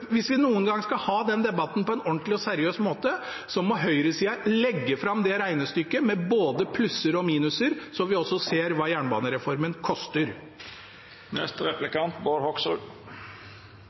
hvis vi noen gang skal ha den debatten på en ordentlig og seriøs måte, må høyresida legge fram det regnestykket, med både plusser og minuser, så vi også ser hva jernbanereformen koster.